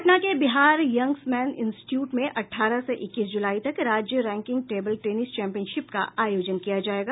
पटना के Bihar young men's institute में अठारह से इक्कीस जुलाई तक राज्य रैकिंग टेबुल टेनिस चैम्पियनशिप का आयोजन किया जायेगा